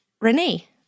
Renee